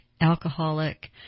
alcoholic